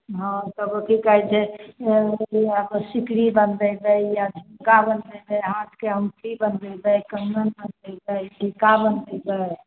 हँ तऽ की कहै छै सिकरी बनबेबै या सिक्का बनबेबै हाथके अङ्गुठी बनबेबै कगन बनबेबै टीका बनबेबै